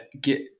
get